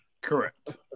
Correct